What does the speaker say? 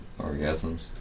orgasms